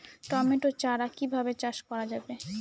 Tomato চারা কিভাবে চাষ করা যাবে?